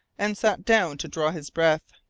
and sat down to draw his breath.